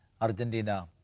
Argentina